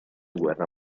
guerra